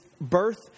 birth